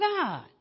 God